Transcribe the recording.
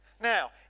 Now